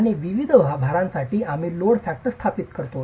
आणि विविध भारांसाठी आम्ही लोड फॅक्टर स्थापित करतो